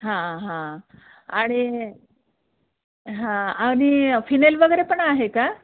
हां हां आणि हां आणि फिनेल वगैरे पण आहे का